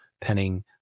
penning